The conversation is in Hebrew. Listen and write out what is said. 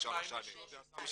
זה יותר משלוש שנים,